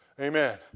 Amen